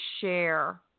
share